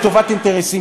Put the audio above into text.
עושים?